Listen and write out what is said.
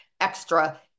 extra